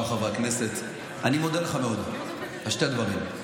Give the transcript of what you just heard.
שאר חברי הכנסת, אני מודה לך מאוד על שני דברים.